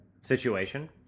situation